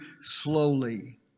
slowly